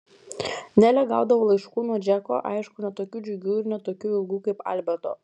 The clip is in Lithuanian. nelė gaudavo laiškų nuo džeko aišku ne tokių džiugių ir ne tokių ilgų kaip alberto